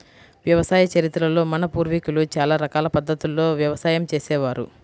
వ్యవసాయ చరిత్రలో మన పూర్వీకులు చాలా రకాల పద్ధతుల్లో వ్యవసాయం చేసే వారు